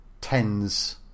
tens